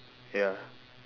ya